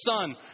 son